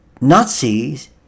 Nazis